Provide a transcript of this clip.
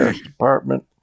Department